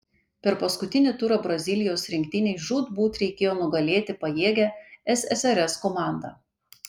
per paskutinį turą brazilijos rinktinei žūtbūt reikėjo nugalėti pajėgią ssrs komandą